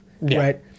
right